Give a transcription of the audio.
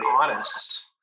honest